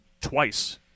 twice